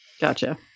Gotcha